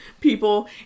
people